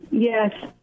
Yes